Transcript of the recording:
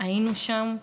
היינו שם.